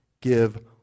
give